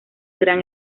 gran